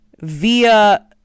via